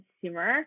consumer